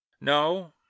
No